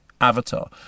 Avatar